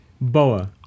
Boa